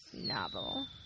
novel